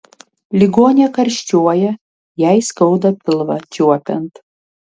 ligonė karščiuoja jai skauda pilvą čiuopiant